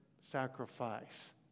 sacrifice